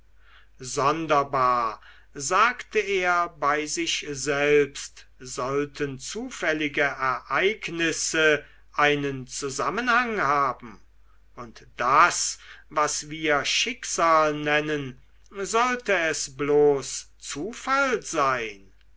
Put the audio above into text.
sonderbar sagte er bei sich selbst sollten zufällige ereignisse einen zusammenhang haben und das was wir schicksal nennen sollte es bloß zufall sein